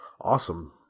Awesome